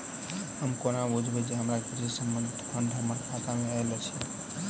हम कोना बुझबै जे हमरा कृषि संबंधित फंड हम्मर खाता मे आइल अछि?